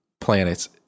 planets